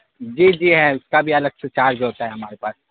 جی جی ہے اس کا بھی الگ سے چارج ہوتا ہے ہمارے پاس